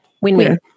Win-win